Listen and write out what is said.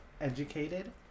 Educated